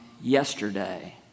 Yesterday